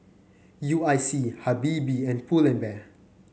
U I C Habibie and Pull and Bear